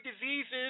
diseases